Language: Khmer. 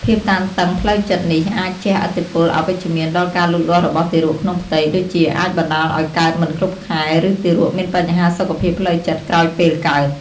ភាពតានតឹងផ្លូវចិត្តនេះអាចជះឥទ្ធិពលអវិជ្ជមានដល់ការលូតលាស់របស់ទារកក្នុងផ្ទៃ ដូចជាអាចបណ្តាលឲ្យកើតមិនគ្រប់ខែ ឬទារកមានបញ្ហាសុខភាពផ្លូវចិត្តក្រោយពេលកើត។